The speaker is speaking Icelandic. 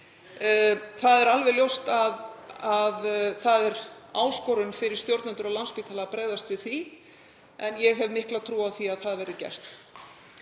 Það er alveg ljóst að það er áskorun fyrir stjórnendur á Landspítala að bregðast við því en ég hef mikla trú á því að það verði gert.